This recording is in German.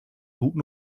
guten